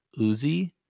Uzi